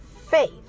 faith